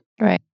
Right